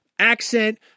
Accent